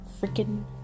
freaking